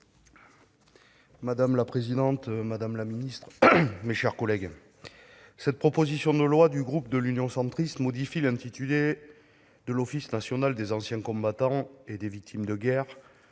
Madame la présidente, madame la ministre, mes chers collègues, cette proposition de loi du groupe Union Centriste modifie l'intitulé de l'Office national des anciens combattants et victimes de guerre,